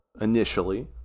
initially